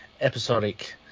episodic